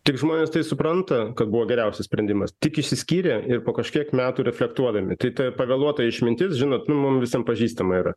tik žmonės tai supranta kad buvo geriausias sprendimas tik išsiskyrė ir po kažkiek metų reflektuodami tai ta pavėluota išmintis žinot nu mum visiem pažįstama yra